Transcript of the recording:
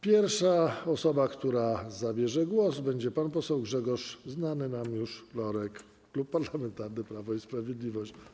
Pierwszą osobą, która zabierze głos, będzie pan poseł - znany nam już - Grzegorz Lorek, Klub Parlamentarny Prawo i Sprawiedliwość.